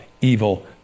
evil